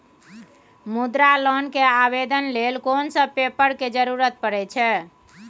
मुद्रा लोन के आवेदन लेल कोन सब पेपर के जरूरत परै छै?